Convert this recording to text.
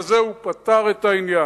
בזה הוא פטר את העניין.